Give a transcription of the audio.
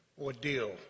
ordeal